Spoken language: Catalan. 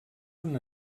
una